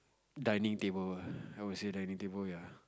dinning table I will say dinning table ya